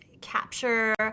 capture